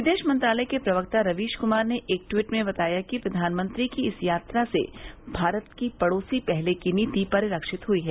विदेश मंत्रालय के प्रवक्ता रवीश कुमार ने एक ट्वीट में बताया कि प्रधानमंत्री की इस यात्रा से भारत की पड़ोसी पहले की नीति परिलवित हुई है